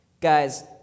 Guys